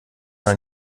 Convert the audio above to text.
mal